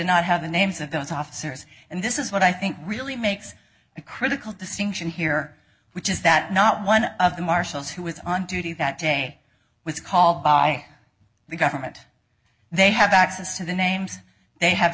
not have the names of those officers and this is what i think really makes it critical distinction here which is that not one of the marshals who was on duty that day was called by the government they have access to the names they have